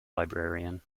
librarian